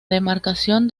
demarcación